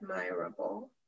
admirable